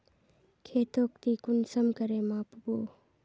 खेतोक ती कुंसम करे माप बो?